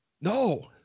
No